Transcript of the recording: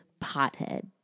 pothead